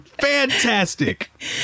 Fantastic